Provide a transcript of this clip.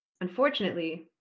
Unfortunately